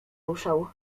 ruszał